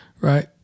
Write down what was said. right